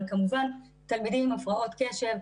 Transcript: אבל כמובן תלמידים עם הפרעות קשב,